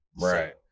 Right